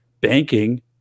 banking